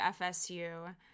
FSU